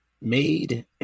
made